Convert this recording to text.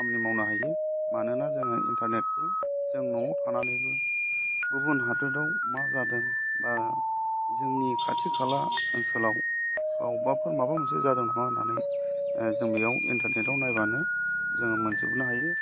खामानि मावनो हायो मानोना जोङो इन्टारनेटखौ जों न'आव थानानैबो गुबुन हादोराव मा जादों बा जोंनि खाथि खाला ओनसोलाव बा बबावबाफोर माबा मोनसे जादों खोमा होननानै जों बेयाव इन्टारनेटआव नायबानो जोङो मोनजोबनो हायो